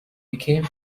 became